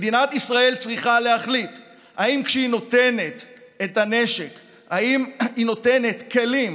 מדינת ישראל צריכה להחליט אם כשהיא נותנת את הנשק היא נותנת כלים